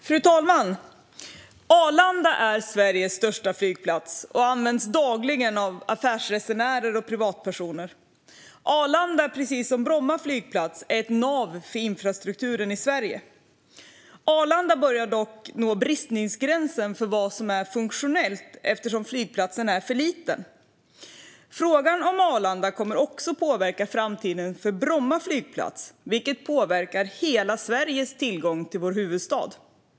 Fru talman! Arlanda flygplats är Sveriges största flygplats och används dagligen av affärsresenärer och privatpersoner. Arlanda är, precis som Bromma flygplats, ett nav för infrastrukturen i Sverige. Arlanda börjar dock nå bristningsgränsen för vad som är funktionellt, eftersom flygplatsen är för liten. Frågan om Arlanda kommer också att påverka framtiden för Bromma flygplats, vilket påverkar hela Sveriges tillgång till vår huvudstad.